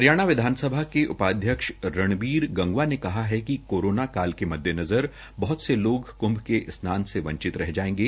हरियाणा विधानसभा के उपाध्यक्ष रणबीर गंगवा ने कहा है कि कोरोना काल के मद्देनज़र बहृत से लोग कृंभ के स्नान से वंचित रह जायेंगे